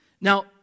Now